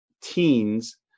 teens